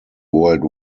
world